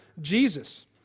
Jesus